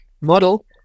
model